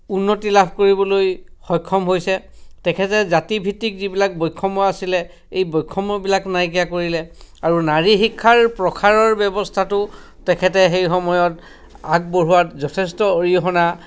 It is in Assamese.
উন্নতি লাভ কৰিবলৈ সক্ষম হৈছে তেখেতে জাতিভিত্তিক যিবিলাক বৈষম্য আছিলে এই বৈষম্যবিলাক নাইকিয়া কৰিলে আৰু নাৰী শিক্ষাৰ প্ৰসাৰৰ ব্যৱস্থাটো তেখেতে সেই সময়ত আগবঢ়োৱাত যথেষ্ট অৰিহণা